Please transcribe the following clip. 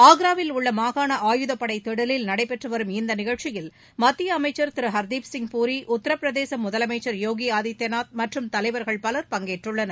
ஆக்ராவில் உள்ள மாகாண ஆயுதப்படை திடலில் நடைபெற்று வரும் இந்த நிகழ்ச்சியில் மத்திய அளமச்சர் திரு ஹர்தீப்சிய் பூரி உத்திர பிரதேச முதலமைச்சர் திரு போகி ஆதித்யநாத் மற்றும் தலைவர்கள் பலர் பங்கேற்றுள்ளனர்